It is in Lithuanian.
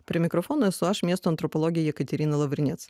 prie mikrofono esu aš miesto antropologė jekaterina lavrinec